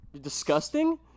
Disgusting